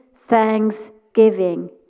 thanksgiving